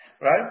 right